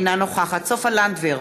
אינה נוכחת סופה לנדבר,